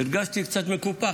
הרגשתי קצת מקופח.